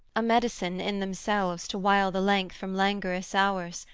a medicine in themselves to wile the length from languorous hours,